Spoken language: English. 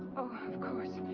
oh, of course.